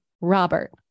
Robert